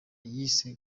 yise